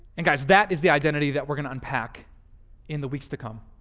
and guys, that is the identity that we're going to unpack in the weeks to come.